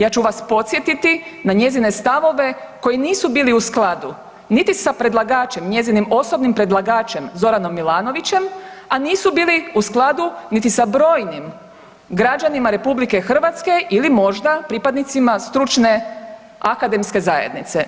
Ja ću vas podsjetiti na njezine stavove koji nisu bili u skladu niti sa predlagačem, njezinim osobnim predlagačem Zoranom Milanović, a nisu bili u skladu niti sa brojnim građanima RH ili možda pripadnicima stručne akademske zajednice.